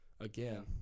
again